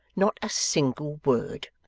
not a single word